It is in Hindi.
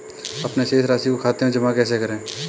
अपने शेष राशि को खाते में जमा कैसे करें?